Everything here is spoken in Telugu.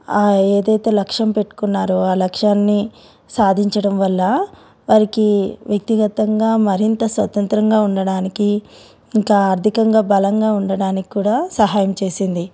ఏదైతే లక్ష్యం పెట్టుకున్నారో ఆ లక్ష్యాన్ని సాధించడం వల్ల వారికి వ్యక్తిగతంగా మరింత స్వతంత్రంగా ఉండడానికి ఇంకా ఆర్థికంగా బలంగా ఉండడానికి కూడా సహాయం చేసింది